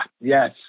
yes